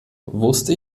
wusste